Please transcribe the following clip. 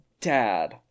dad